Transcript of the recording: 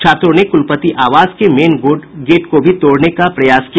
छात्रों ने कुलपति आवास के मेन गेट को भी तोड़ने का प्रयास किया